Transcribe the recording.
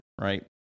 right